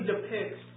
depicts